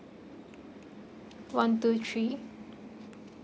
one two three